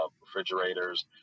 refrigerators